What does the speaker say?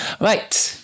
Right